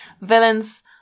villains